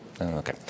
Okay